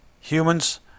Humans